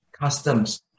customs